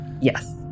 yes